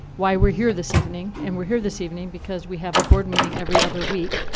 why we're here this evening. and we're here this evening because we have a board meeting every other week.